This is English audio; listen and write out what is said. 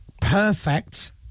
Perfect